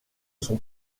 sont